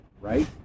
right